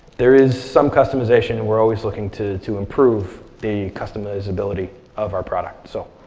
there is some customization. and we're always looking to to improve the customizability of our product. so